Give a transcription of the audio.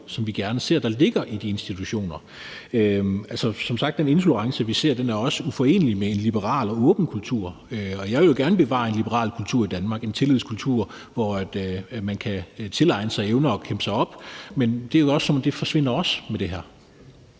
som vi gerne ser der ligger i de institutioner. Som sagt er den intolerance, vi ser, også uforenelig med en liberal og åben kultur, og jeg vil jo gerne bevare en liberal kultur i Danmark, altså en tillidskultur, hvor man kan tilegne sig evner og kæmpe sig op. Men det forsvinder også med det her.